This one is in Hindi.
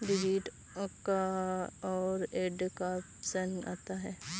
डिलीट का और ऐड का ऑप्शन आता है